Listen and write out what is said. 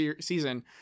season